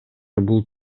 бул